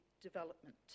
development